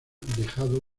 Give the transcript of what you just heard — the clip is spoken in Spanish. dejado